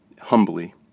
humbly